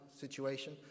situation